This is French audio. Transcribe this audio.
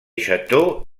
château